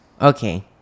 okay